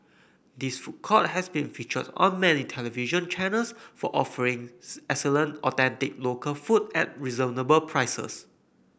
this food court has been featured on many television channels for offering excellent authentic local food at reasonable prices